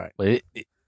right